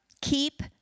Keep